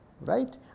Right